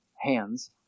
hands